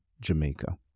Jamaica